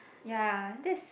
ya that's